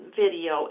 video